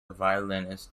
violinist